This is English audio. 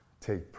take